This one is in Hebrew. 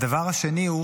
הדבר השני הוא